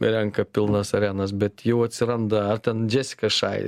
renka pilnas arenas bet jau atsiranda ar ten jessica shy